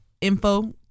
info